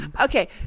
okay